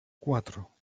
cuatro